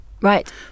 Right